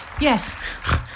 Yes